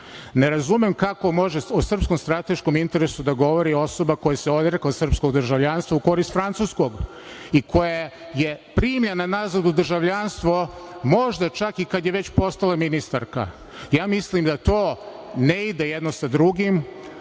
ne razumem kako može o srpskom strateškom interesu da govori osoba koja se odrekla srpskog državljanstva u korist francuskog i koja je primljena nazad u državljanstvo možda čak i kada je već postala ministarka. Mislim da to ne ide jedno sa drugim.